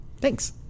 Thanks